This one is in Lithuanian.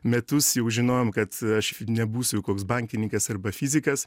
metus jau žinojom kad aš nebūsiu koks bankininkas arba fizikas